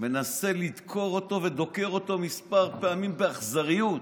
מנסה לדקור אותו ודוקר אותו כמה פעמים באכזריות.